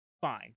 fine